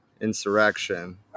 insurrection